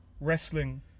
wrestling